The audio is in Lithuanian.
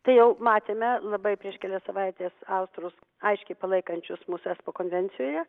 tai jau matėme labai prieš kelias savaites austrus aiškiai palaikančius mus esfa konvencijoje